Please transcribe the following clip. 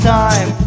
time